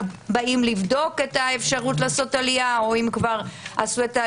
באים לבדוק את האפשרות לעשות עלייה או כבר עשו אותה,